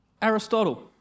Aristotle